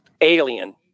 alien